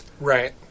Right